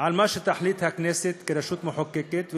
על מה שתחליט הכנסת כרשות מחוקקת,